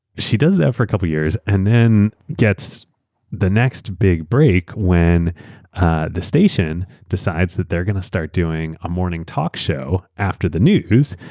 she does that for a couple of years and then gets the next big break when the station decides that they're going to start doing a morning talk show after the news.